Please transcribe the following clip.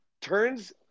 Turns